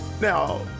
Now